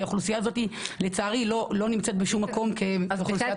לצערי האוכלוסייה הזאת לא נמצאת בשום מקום כאוכלוסיית רווחה.